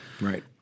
Right